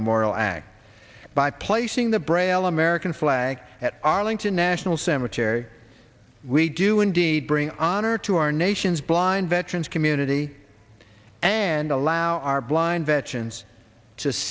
memorial act by placing the braille american flag at arlington national cemetery we do indeed bring honor to our nation's blind veterans community and allow our blind veterans